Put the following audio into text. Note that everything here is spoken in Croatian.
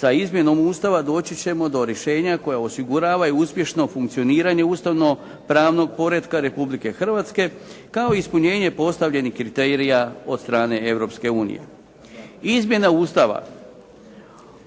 sa izmjenom Ustava doći ćemo do rješenja koja osiguravaju uspješno funkcioniranje ustavno-pravnog poretka Republike Hrvatske kao ispunjenje postavljenih kriterija od strane EU. Izmjena Ustava